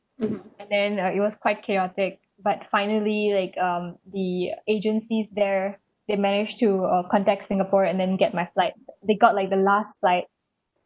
and then like it was quite chaotic but finally like um the agencies there they managed to uh contact singapore and then get my flight they got like the last flight